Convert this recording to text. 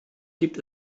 gibt